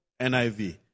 NIV